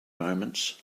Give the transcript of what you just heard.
moments